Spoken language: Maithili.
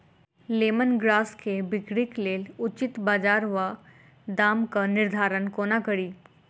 लेमन ग्रास केँ बिक्रीक लेल उचित बजार आ दामक निर्धारण कोना कड़ी?